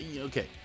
okay